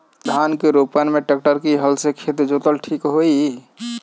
धान के रोपन मे ट्रेक्टर से की हल से खेत जोतल ठीक होई?